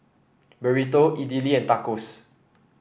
Burrito Idili and Tacos